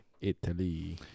Italy